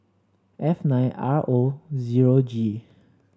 F nine R O zero G